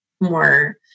more